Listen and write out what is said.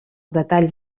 detalls